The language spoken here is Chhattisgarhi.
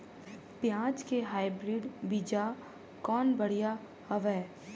पियाज के हाईब्रिड बीजा कौन बढ़िया हवय?